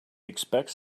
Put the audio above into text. expects